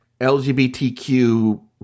LGBTQ